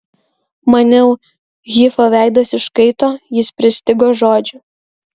maniau hifo veidas iškaito jis pristigo žodžių